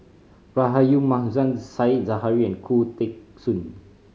Rahayu Mahzam Said Zahari and Khoo Teng Soon